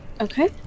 Okay